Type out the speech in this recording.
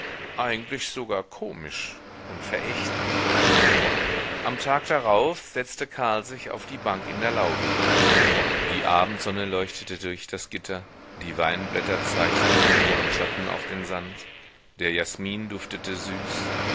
eigentlich sogar komisch und verächtlich am tag darauf setzte karl sich auf die bank in der laube die abendsonne leuchtete durch das gitter die weinblätter zeichneten ihren schatten auf den sand der jasmin duftete süß